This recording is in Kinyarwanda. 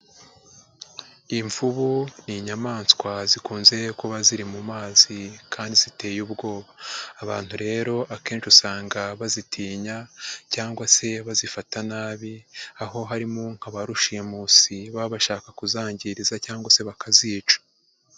Imvubu ni inyamaswa zikunze kuba ziri mu mazi kandi ziteye ubwoba, abantu rero akenshi usanga bazitinya cyangwa se bazifata nabi aho harimo nka ba rushimusi baba bashaka kuzangiriza cyangwa se bakazica.